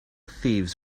thieves